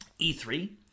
E3